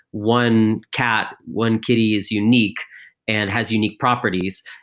one cat, one kitty is unique and has unique properties,